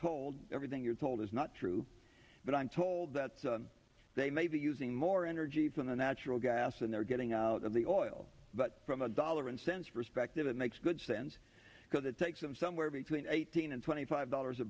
told everything you're told is not true but i'm told that they may be using more energy from the natural gas and they're getting out of the oil but from a dollar and cents respected and makes good sense because it takes them somewhere between eighteen and twenty five dollars a